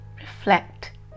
reflect